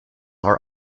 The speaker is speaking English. are